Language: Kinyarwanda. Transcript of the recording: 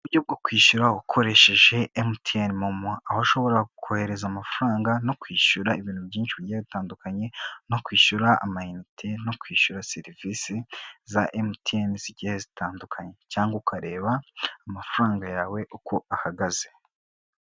Uburyo bwo kwishyura ukoresheje MTN momo, aho ushobora kohereza amafaranga no kwishyura ibintu byinshi bigiye bitandukanye no kwishyura amayinite no kwishyura serivisi za MTN zigiye zitandukanye cyangwa ukareba amafaranga yawe uko ahagaze.